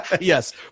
Yes